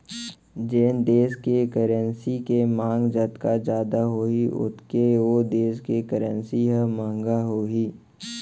जेन देस के करेंसी के मांग जतका जादा होही ओतके ओ देस के करेंसी ह महंगा होही